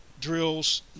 Drills